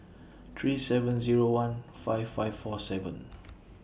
three seven Zero one five five four seven